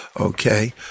Okay